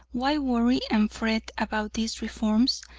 why worry and fret about these reforms?